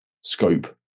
scope